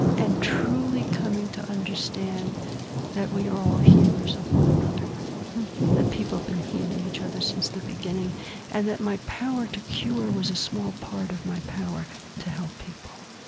and truly coming to understand that we are all healers of one another that people have been healing each other since the beginning and that my power to cure was a small part of my power to help people